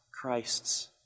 Christ's